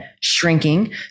shrinking